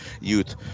youth